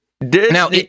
Now